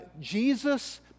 Jesus